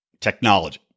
technology